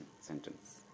sentence